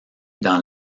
dans